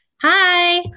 Hi